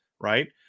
right